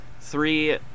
three